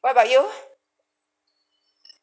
what about you